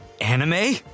Anime